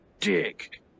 dick